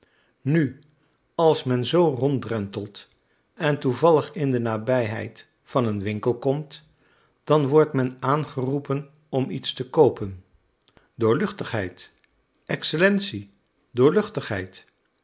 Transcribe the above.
nu als men zoo ronddrentelt en toevallig in de nabijheid van een winkel komt dan wordt men aangeroepen om iets te koopen doorluchtigheid excellentie